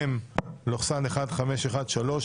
מ/1513.